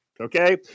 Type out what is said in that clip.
Okay